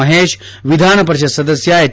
ಮಹೇಶ್ ವಿಧಾನಪರಿಷತ್ ಸದಸ್ಯ ಎಚ್